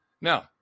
Now